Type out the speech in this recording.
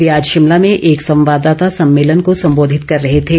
वे आज शिमला में एक संवाददाता सम्मेलन को संबोधित कर रहे थे